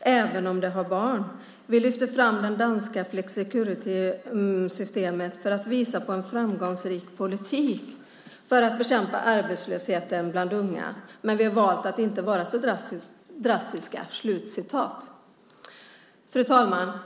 "även om de har barn. Vi lyfter fram det danska flexicurity systemet för att visa på en framgångsrik politik för att bekämpa arbetslösheten bland unga, men vi har valt att inte vara så drastiska." Fru talman!